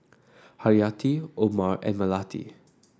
Haryati Omar and Melati